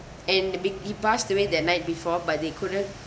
and the big he passed away that night before but they couldn't